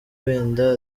wenda